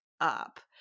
up